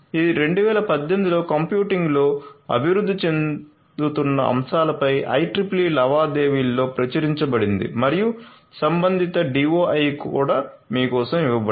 ఇది 2018 లో కంప్యూటింగ్లో అభివృద్ధి చెందుతున్న అంశాలపై IEEE లావాదేవీలలో ప్రచురించబడింది మరియు సంబంధిత DOI కూడా మీ కోసం ఇవ్వబడింది